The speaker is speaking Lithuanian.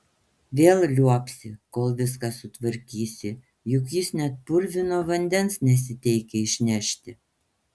vėl liuobsi kol viską sutvarkysi juk jis net purvino vandens nesiteikia išnešti